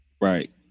Right